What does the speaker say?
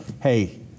hey